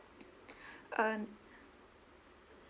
uh